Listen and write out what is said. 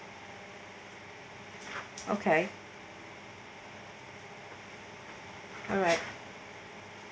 okay alright